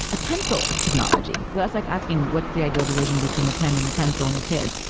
a pencil is technology. that's like asking what's the ideal division between a pen and a pencil and a kid,